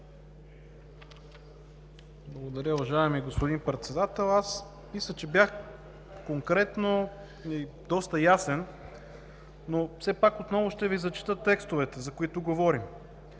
Благодаря, уважаеми господин Председател. Мисля, че бях конкретен и доста ясен, но все пак отново ще Ви зачета текстовете, за които говорим.